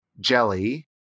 jelly